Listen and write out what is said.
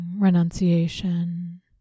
renunciation